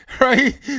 right